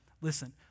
listen